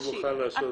אני מוכן לעשות דיון.